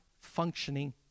functioning